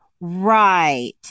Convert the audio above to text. Right